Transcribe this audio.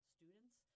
students